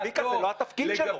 צביקה, זה לא התפקיד שלו.